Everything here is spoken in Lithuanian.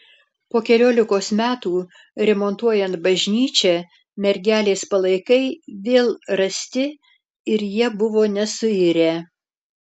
po keliolikos metų remontuojant bažnyčią mergelės palaikai vėl rasti ir jie buvo nesuirę